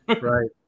Right